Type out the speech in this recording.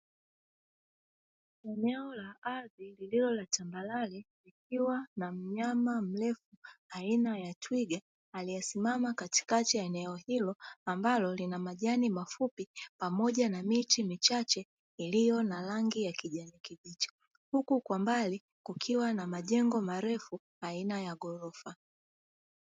Eneo la ardhi lililo la tambarare likiwa na mnyama mrefu aina ya twiga aliyesimama katikati ya eneo hilo ambalo lina majani mafupi pamoja na miti michache iliyo na rangi ya kijani kibichi, huku kwa mbali kukiwa na majengo marefu aina ya ghorofa.